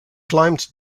climbed